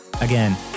Again